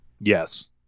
Yes